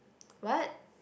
what